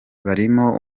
barimo